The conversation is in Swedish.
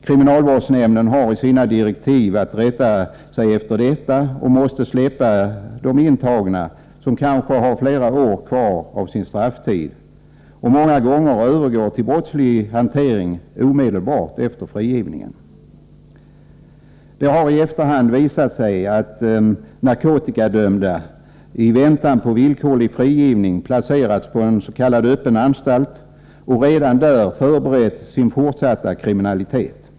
Kriminalvårdsnämnden har i sina direktiv att rätta sig efter detta och måste släppa de intagna, som kanske har flera år kvar av sin strafftid, som många gånger övergår till sin brottsliga hantering omedelbart efter frigivningen. Det har i efterhand visat sig att narkotikadömda i väntan på villkorlig frigivning placerats på en s.k. öppen anstalt och redan där förberett sin fortsatta kriminalitet.